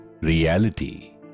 reality